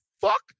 fuck